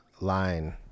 line